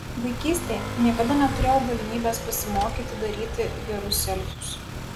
vaikystėje niekada neturėjau galimybės pasimokyti daryti gerus selfius